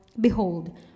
behold